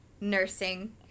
nursing